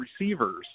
receivers